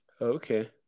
okay